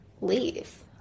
leave